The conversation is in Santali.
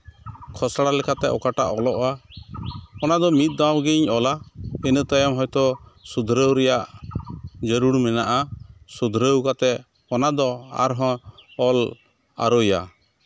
ᱠᱷᱚᱥᱲᱟ ᱞᱮᱠᱟᱛᱮ ᱚᱠᱟᱴᱟᱜ ᱚᱞᱚᱜᱼᱟ ᱚᱱᱟᱫᱚ ᱢᱤᱫ ᱫᱷᱟᱣ ᱜᱤᱧ ᱚᱞᱟ ᱤᱱᱟᱹ ᱛᱟᱭᱚᱢ ᱦᱚᱭᱛᱳ ᱥᱩᱫᱷᱨᱟᱹᱣ ᱨᱮᱭᱟᱜ ᱡᱟᱹᱨᱩᱲ ᱢᱮᱱᱟᱜᱼᱟ ᱥᱩᱫᱷᱨᱟᱹᱣ ᱠᱟᱛᱮᱫ ᱚᱱᱟᱫᱚ ᱟᱨᱦᱚᱸ ᱚᱞ ᱟᱹᱨᱩᱭᱟ